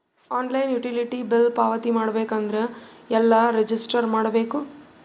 Online utility bill ಪಾವತಿ ಮಾಡಬೇಕು ಅಂದ್ರ ಎಲ್ಲ ರಜಿಸ್ಟರ್ ಮಾಡ್ಬೇಕು?